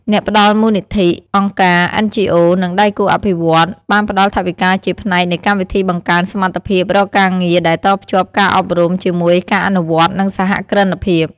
អ្នកផ្តល់មូលនិធិ អង្គការ NGO និងដៃគូអភិវឌ្ឍន៍ បានផ្តល់ថវិកាជាផ្នែកនៃកម្មវិធីបង្កើនសមត្ថភាពរកការងារដែលតភ្ជាប់ការអប់រំជាមួយការអនុវត្តន៍ និងសហគ្រិនភាព។